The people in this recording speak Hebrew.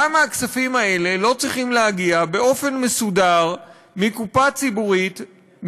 למה הכספים האלה לא צריכים להגיע באופן מסודר מקופה ציבורית,